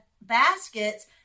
baskets